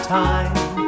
time